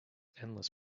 endless